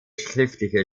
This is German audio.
schriftliche